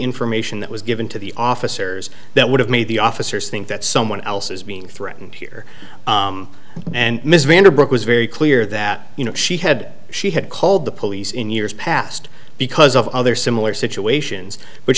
information that was given to the officers that would have made the officers think that someone else is being threatened here and mr vander brooke was very clear that you know she had she had called the police in years past because of other similar situations but